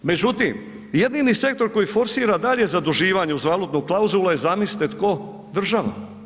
Međutim, jedini sektor koji forsira dalje zaduživanje uzaludnu klauzulu je zamislite tko, država.